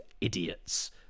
Idiots